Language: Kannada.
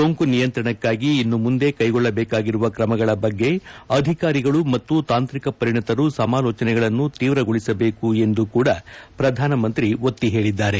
ಸೋಂಕು ನಿಯಂತ್ರನಕ್ಕಾಗಿ ಇನ್ನು ಮುಂದೆ ಕೈಗೊಳ್ಳಬೇಕಾಗಿರುವ ಕ್ರಮಗಳ ಬಗ್ಗೆ ಅಧಿಕಾರಿಗಳು ಮತ್ತು ತಾಂತ್ರಿಕ ಪರಿಣತರು ಸಮಾಲೋಚನೆಗಳನ್ನು ತೀವ್ರಗೊಳಿಸಬೇಕು ಎಂದು ಕೂಡ ಪ್ರಧಾನಿ ಒತ್ತಿ ಹೇಳಿದ್ದಾರೆ